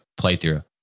playthrough